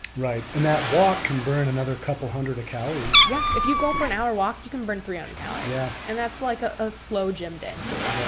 right, and that walk can burn another couple one hundred calories. yeah. if you go for an hour walk, you can burn three hundred calories. yeah and that's like a ah slow gym day for me.